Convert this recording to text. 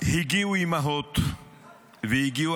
הגיעו אימהות ואנשים